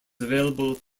available